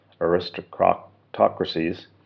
aristocracies